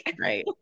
Right